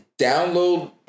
download